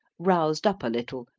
roused up a little,